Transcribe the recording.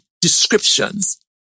Descriptions